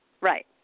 Right